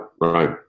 right